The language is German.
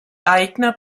eigner